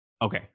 Okay